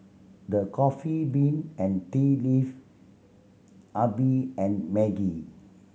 The Coffee Bean and Tea Leaf Habibie and Maggi